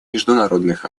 международных